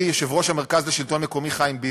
יושב-ראש המרכז לשלטון מקומי חיים ביבס,